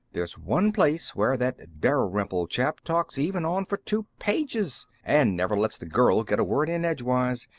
there's one place where that dalrymple chap talks even on for two pages, and never lets the girl get a word in edgewise.